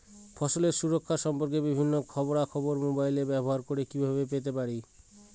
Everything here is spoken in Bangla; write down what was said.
ফসলের সুরক্ষা সম্পর্কে বিভিন্ন খবরা খবর মোবাইল ব্যবহার করে কিভাবে পেতে পারি?